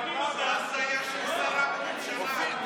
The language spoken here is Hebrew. הזיה של שרה בממשלה.